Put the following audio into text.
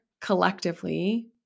collectively